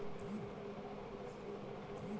Credit card बनवावे के कोई चार्ज भी लागेला?